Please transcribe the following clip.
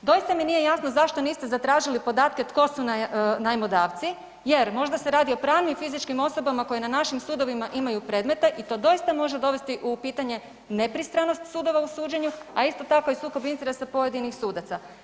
Doista mi nije jasno zašto niste zatražili podatke tko najmodavci jer možda se radi o pravim i fizičkim osobama koje na našim sudovima imaju predmete i to doista može dovesti u pitanje nepristranost sudova u suđenju, a isto tako i sukob interesa pojedinih sudaca.